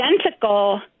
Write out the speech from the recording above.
identical